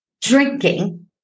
drinking